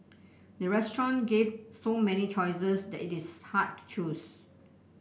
the restaurant give so many choices that it is hard to choose